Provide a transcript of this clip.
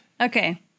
okay